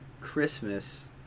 Christmas